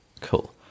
Cool